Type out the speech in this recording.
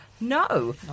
No